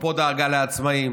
אפרופו דאגה לעצמאים.